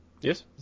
Yes